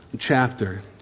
chapter